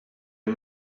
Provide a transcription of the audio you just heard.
are